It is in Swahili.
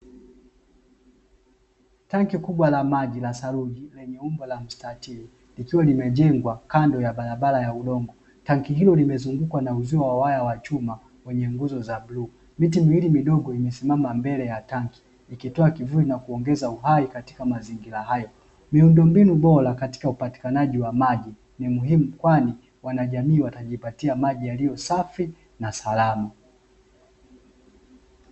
Tanki kubwa la maji la saruji lenye umbo la mstatiri likiwa limejengwa kando ya barabara ya udongo, tanki hilo limezungukwa na uzio wa waya wa chuma wenye nguzo za bluu. Miti miwili midogo imesimama mbele ya tanki ikitoa kivuli na kuongeza uhai katika mazingira hayo. Miundombinu bora katika upatikanaji wa maji ni muhimu kwani wanajamii watajipatia maji yaliyo safi na salama.